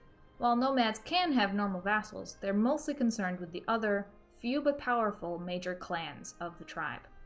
while nomads can have normal vassals, they're mostly concerned with the other, few but powerful, major clans of the tribe.